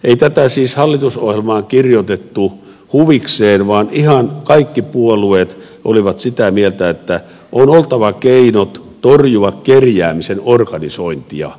ei tätä siis hallitusohjelmaan kirjoitettu huvikseen vaan ihan kaikki puolueet olivat sitä mieltä että on oltava keinot torjua kerjäämisen organisointia